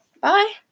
bye